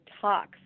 talks